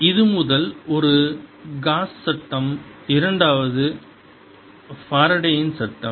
இது முதல் ஒரு காஸ் Gauss's சட்டம் இரண்டாவது ஃபாரடேயின் Faraday's சட்டம்